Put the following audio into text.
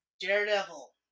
Daredevil